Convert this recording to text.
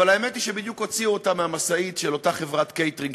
אבל האמת היא שבדיוק הוציאו אותם מהמשאית של אותה חברת קייטרינג,